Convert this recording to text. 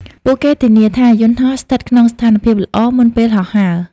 ពួកគេធានាថាយន្តហោះស្ថិតក្នុងស្ថានភាពល្អមុនពេលហោះហើរ។